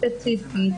ספציפית,